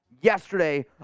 yesterday